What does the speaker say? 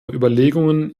überlegungen